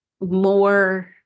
more